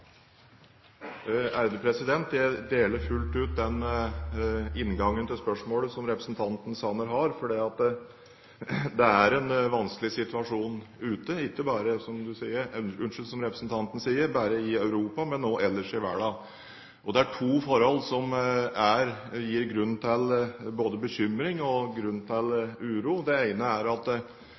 spørsmålet som representanten Sanner har, for det er en vanskelig situasjon ute, ikke bare, som representanten sier, i Europa, men også ellers i verden. Det er to forhold som gir grunn til både bekymring og uro. Det ene er at